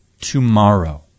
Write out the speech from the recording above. tomorrow